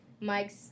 Mike's